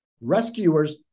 Rescuers